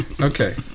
Okay